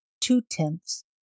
two-tenths